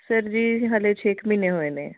sir ਜੀ ਹਜੇ ਛੇ ਕੁ ਮਹੀਨੇ ਹੋਏ ਨੇ